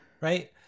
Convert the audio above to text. Right